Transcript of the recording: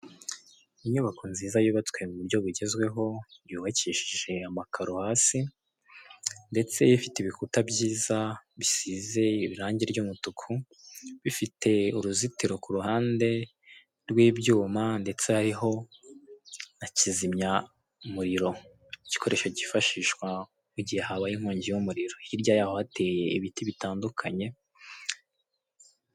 Inyubako nziza yubatswe mu buryo bugezweho yubakishije amakaro hasi ndetse ifite ibikuta byiza bisize irange ry'umutuku bifite uruzitiro ku ruhande rw'ibyuma, ndetse hariho na kizimyamuriro igikoresho kifashishwa igihe habaye inkongi y'umuriro hirya yaho hateye ibiti bitandukanye.